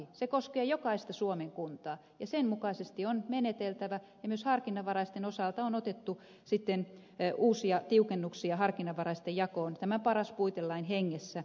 se koskee jokaista suomen kuntaa ja sen mukaisesti on meneteltävä ja myös harkinnanvaraisten osalta on otettu sitten uusia tiukennuksia harkinnanvaraisten jakoon tämän paras puitelain hengessä